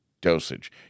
dosage